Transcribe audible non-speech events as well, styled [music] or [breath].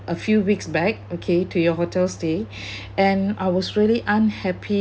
a few weeks back okay to your hotel stay [breath] and I was really unhappy